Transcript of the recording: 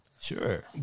Sure